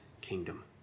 kingdom